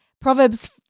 Proverbs